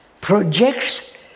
projects